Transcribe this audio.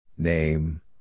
Name